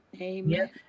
Amen